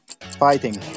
fighting